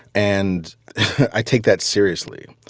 and i take that seriously.